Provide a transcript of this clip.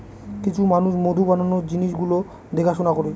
কিছু মানুষ মধু বানানোর জিনিস গুলো দেখাশোনা করে